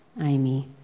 Amy